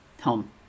home